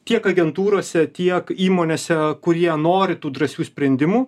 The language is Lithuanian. tiek agentūrose tiek įmonėse kurie nori tų drąsių sprendimų